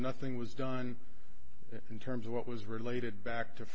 nothing was done in terms of what was related back to